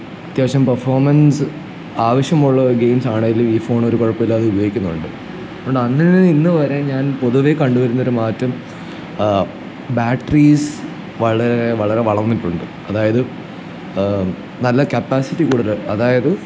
അത്യാവശ്യം പെർഫോമൻസ് ആവശ്യമുള്ള ഒരു ഗെയിംസാണേൽ ഈ ഫോണ് ഒരു കുഴപ്പവും ഇല്ലാതെ ഉപയോഗിക്കുന്നുണ്ട് അതുകൊണ്ട് അന്നു മുതൽ ഇന്നുവരെ ഞാൻ പൊതുവേ കണ്ടുവരുന്നൊരു മാറ്റം ബാട്ടറീസ് വളരെ വളരെ വളർന്നിട്ടുണ്ട് അതായത് നല്ല കപ്പാസിറ്റി കൂടുതൽ അതായത്